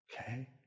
Okay